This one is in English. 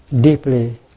deeply